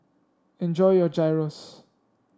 enjoy your Gyros